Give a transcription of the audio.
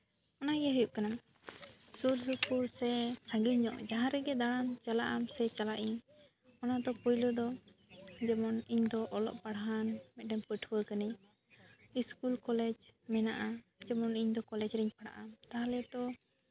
ᱚᱱᱟᱜᱮ ᱦᱩᱭᱩᱜ ᱠᱟᱱᱟ ᱥᱩᱨᱼᱥᱩᱯᱩᱨ ᱥᱮ ᱥᱟᱺᱜᱤᱧ ᱧᱚᱜ ᱡᱟᱦᱟᱸ ᱨᱮᱜᱮ ᱫᱟᱬᱟᱱ ᱪᱟᱞᱟᱜ ᱟᱢ ᱥᱮ ᱪᱟᱞᱟᱜ ᱤᱧ ᱚᱱᱟ ᱫᱚ ᱯᱳᱭᱞᱳ ᱫᱚ ᱡᱮᱢᱚᱱ ᱤᱧ ᱫᱚ ᱚᱞᱚᱜ ᱯᱟᱲᱦᱟᱜ ᱢᱤᱫᱴᱮᱱ ᱯᱴᱷᱩᱣᱟᱹ ᱠᱟᱹᱱᱟᱹᱧ ᱤᱥᱠᱩᱞ ᱠᱚᱞᱮᱡᱽ ᱢᱮᱱᱟᱜᱼᱟ ᱡᱮᱢᱚᱱ ᱤᱧᱫᱚ ᱠᱚᱞᱮᱡᱽ ᱨᱤᱧ ᱯᱟᱲᱦᱟᱜᱼᱟ ᱛᱟᱦᱞᱮ ᱛᱚ